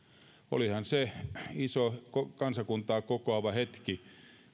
olihan se iso kansakuntaa kokoava hetki